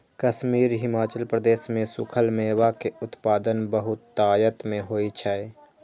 कश्मीर, हिमाचल प्रदेश मे सूखल मेवा के उत्पादन बहुतायत मे होइ छै